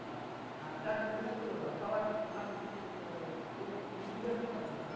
ᱟᱨ ᱠᱷᱚᱨᱪᱟ ᱠᱚ ᱛᱤᱱᱟᱹᱜ ᱠᱚ ᱦᱟᱛᱟᱣᱟ ᱚᱱᱟ ᱠᱚ ᱠᱟᱹᱴᱤᱡ ᱤᱭᱟᱹ ᱠᱩᱞᱤ ᱡᱤᱜᱟᱹᱥ ᱧᱚᱜ ᱠᱟᱠᱚᱢᱮ